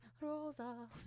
Rosa